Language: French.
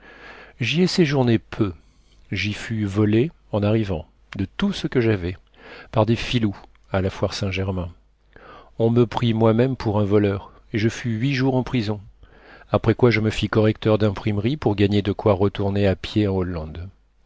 j'y ai séjourné peu j'y fus volé en arrivant de tout ce que j'avais par des filous à la foire saint-germain on me prit moi-même pour un voleur et je fus huit jours en prison après quoi je me fis correcteur d'imprimerie pour gagner de quoi retourner à pied en hollande